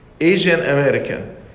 Asian-American